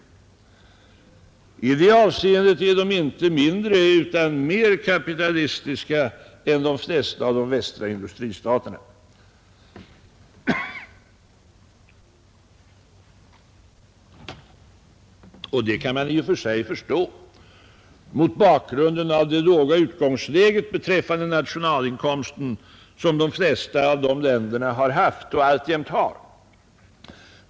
I det avseendet är de inte mindre utan mer kapitalistiska än de flesta av de västliga industristaterna. Det kan man i och för sig förstå mot bakgrunden av det låga utgångsläge beträffande nationalinkomsten som de flesta av öststaterna har haft och alltjämt har.